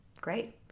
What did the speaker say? great